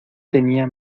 tenía